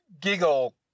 giggle